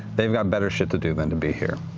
they've got better shit to do than to be here.